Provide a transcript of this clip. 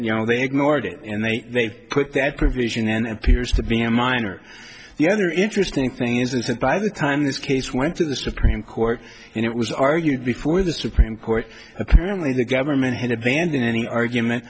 you know they ignored it and then they put that provision and appears to be a minor the other interesting thing is that by the time this case went to the supreme court and it was argued before the supreme court apparently the government had abandoned any argument